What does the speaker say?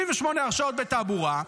78 הרשעות בתעבורה,